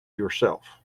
yourself